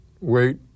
wait